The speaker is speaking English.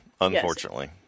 unfortunately